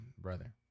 brother